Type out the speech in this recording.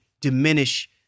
diminish